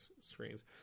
screens